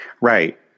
Right